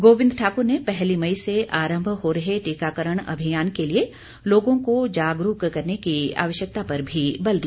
गोविंद ठाक्र ने पहली मई से आरम्भ हो रहे टीकाकरण अभियान के लिए लोगों को जागरूक करने की आवश्यकता पर भी बल दिया